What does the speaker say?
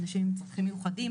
אנשים עם צרכים מיוחדים,